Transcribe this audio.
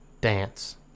dance